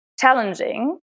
challenging